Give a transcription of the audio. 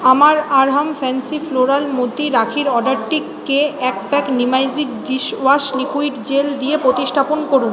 আমার Arham fancy floral মোতি রাখির অর্ডারটিকে এক প্যাক নিমাইজিক ডিশওয়াশ লিক্যুইড জেল দিয়ে প্রতিস্থাপন করুন